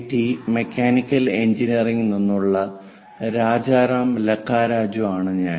T mechanical എഞ്ചിനീയറിംഗിൽ നിന്നുള്ള രാജരം ലക്കരാജു ആണ് ഞാൻ